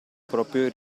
proprio